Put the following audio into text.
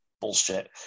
bullshit